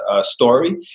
story